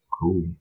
Cool